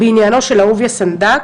בעניינו של אהוביה סנדק,